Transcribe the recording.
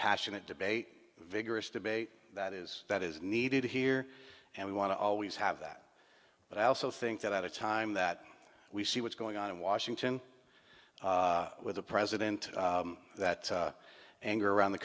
passionate debate vigorous debate that is that is needed here and we want to always have that but i also think that at a time that we see what's going on in washington with the president that anger around the